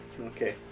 Okay